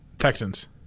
Texans